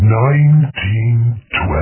1912